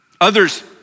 Others